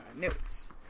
Notes